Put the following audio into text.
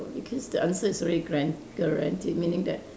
because the answer is already guaran~ guaranteed meaning that